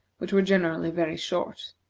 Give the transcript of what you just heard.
which were generally very short.